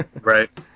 Right